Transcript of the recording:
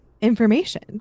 information